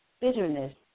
bitterness